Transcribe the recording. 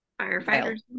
firefighters